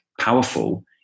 powerful